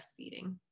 breastfeeding